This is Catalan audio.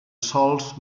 sòls